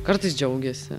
kartais džiaugiasi